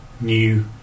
new